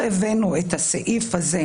שלא יורדת לכל סעיף קטן,